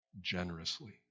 generously